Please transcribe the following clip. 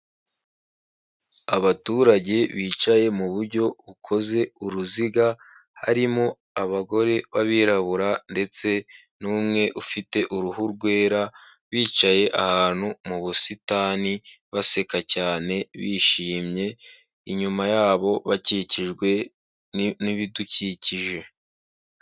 Abaturage bicaye mu buryo bukoze uruziga, harimo abagore b'abirabura ndetse n'umwe ufite uruhu rwera, bicaye ahantu mu busitani baseka cyane bishimye, inyuma yabo bakikijwe n'ibidukikije.